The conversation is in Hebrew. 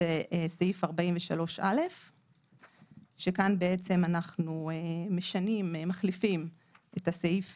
בסעיף 43א. אנחנו מחליפים כאן את הסעיף